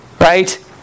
right